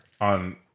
on